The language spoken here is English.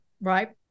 right